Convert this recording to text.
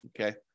Okay